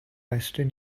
western